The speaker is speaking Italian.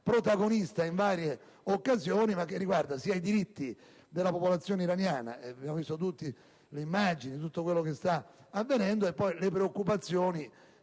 protagonista in varie occasioni. Essa riguarda sia i diritti della popolazione iraniana - abbiamo visto tutti le immagini di quello che sta avvenendo - sia le preoccupazioni,